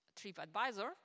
TripAdvisor